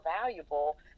valuable